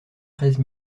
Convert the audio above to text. treize